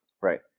Right